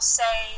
say